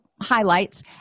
highlights